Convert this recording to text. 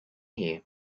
here